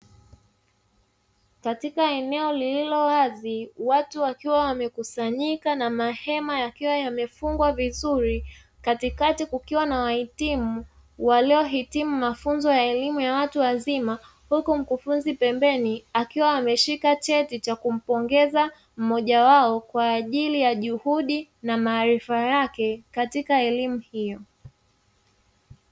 Katika eneo lililo wazi watu wakiwa wamekusanyika na mahema yakiwa yamefungwa vizuri katikati kukiwa na wahitimu waliohitimu mafunzo ya elimu ya watu wazima huku mkufunzi pembeni akiwa ameshika cheti cha kumpongeza mmoja wao kwa ajili ya juhudi na maarifa yake katika elimu hiyo.